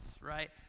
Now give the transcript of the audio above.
right